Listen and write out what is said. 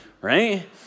Right